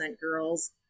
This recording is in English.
girls